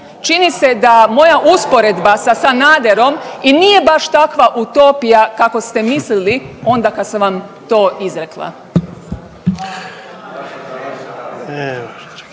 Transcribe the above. Čini se da moja usporedba sa Sanaderom i nije baš takva utopija kako ste mislili onda kad sam vam to izrekla.